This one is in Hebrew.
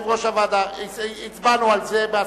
30 בעד, אין מתנגדים,